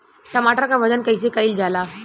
टमाटर क वजन कईसे कईल जाला?